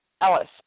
Ellis